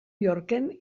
yorken